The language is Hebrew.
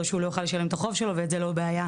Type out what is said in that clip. או שהוא לא יוכל לשלם את החוב שלו וזה אין בעיה,